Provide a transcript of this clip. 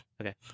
Okay